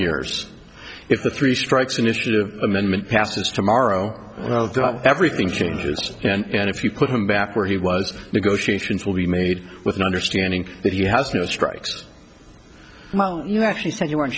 years if the three strikes initiative amendment passes tomorrow everything changes and if you put him back where he was negotiations will be made with an understanding that he has no strikes well you actually said you w